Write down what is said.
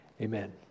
Amen